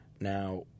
now